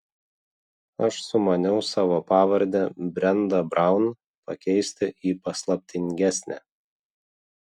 aš sumaniau savo pavardę brenda braun pakeisti į paslaptingesnę